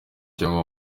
cyangwa